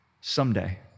someday